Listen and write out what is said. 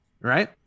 Right